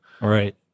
Right